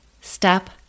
Step